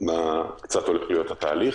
מה הולך להיות התהליך,